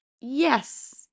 Yes